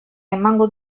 emango